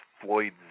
Floyd